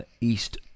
east